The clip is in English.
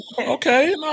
Okay